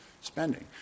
spending